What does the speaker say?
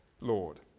Lord